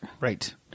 Right